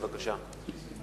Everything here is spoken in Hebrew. בבקשה.